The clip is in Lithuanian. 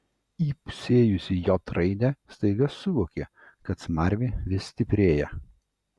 įpusėjusi j raidę staiga suvokė kad smarvė vis stiprėja